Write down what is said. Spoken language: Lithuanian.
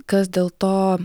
kas dėl to